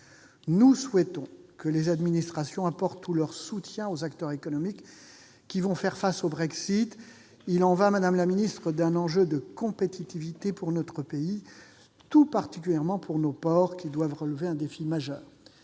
Nous souhaitons que les administrations apportent tout leur soutien aux acteurs économiques qui vont faire face au Brexit. Il s'agit, madame la ministre, d'un enjeu de compétitivité pour notre pays, tout particulièrement pour nos ports, qui doivent relever un défi majeur.